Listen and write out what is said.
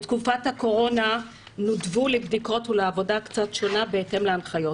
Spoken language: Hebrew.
בתקופת הקורונה נודבו לבדיקות ולעבודה קצת שונה בהתאם להנחיות.